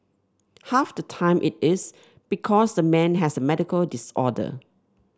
half the time it is because the man has a medical disorder